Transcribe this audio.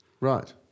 Right